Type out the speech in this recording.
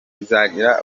izagira